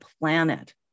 planet